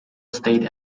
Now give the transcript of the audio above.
state